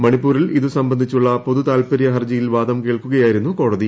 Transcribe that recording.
മണിപ്പൂരിൽ ഇത് സംബന്ധിച്ചുള്ള പൊതുതാൽപ്പര്യ ഹർജിയിൽ വാദം കേൾക്കുകയായിരുന്നു കോടതി